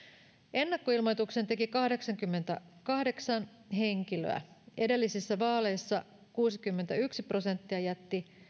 ennakkoilmoituksen teki kahdeksankymmentäkahdeksan henkilöä edellisissä vaaleissa kuusikymmentäyksi prosenttia jätti